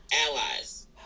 allies